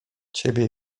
ciebie